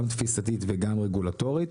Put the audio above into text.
גם תפיסתית וגם רגולטורית.